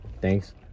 Thanks